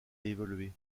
évolué